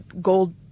gold